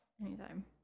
Anytime